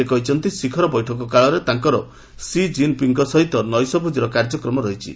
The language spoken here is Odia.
ସେ କହିଛନ୍ତି ଶିଖର ବୈଠକ କାଳରେ ତାଙ୍କର ସି ଜନ୍ ପିଙ୍ଗଙ୍କ ସହିତ ନୈଶ ଭୋଜିର କାର୍ଯ୍ୟକ୍ରମ ରହିଛି